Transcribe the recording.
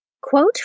Quote